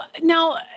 now